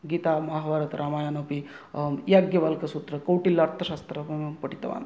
गीता महाभारतं रामायणम् अपि याज्ञवल्कसूत्रं कौटिल्य अर्थशास्त्र पठितवान्